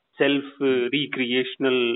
self-recreational